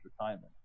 retirement